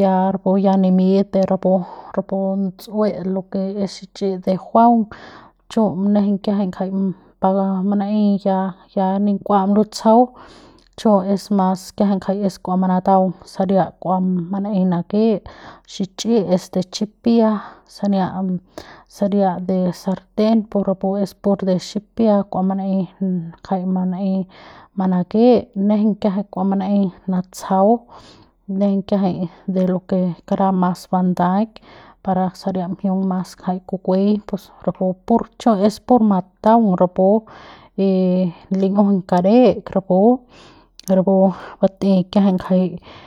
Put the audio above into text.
ya rapu ya nimiñ de rapu rapu ts'ue lo ke es xichi'i de juaung chu' nejeiñ kiajai jai para manaei ya ya ni kua lustjau chu es mas kiajai es kua manataung saria kua manaei nake xichi'i de chipia sania saria de sarten rapu es pur de xipia kua manaei jai manaei manake nejeiñ kiajai kua manei natsjau nejeiñ kiajai de lo ke kara mas bandaik par saria mjiung mas jai kukuei pus rapu pur chu es pur mataung rapu y lin'ijuiñ kadei rapu rapu bat'ei kiajai jai.